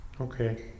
Okay